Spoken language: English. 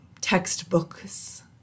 textbooks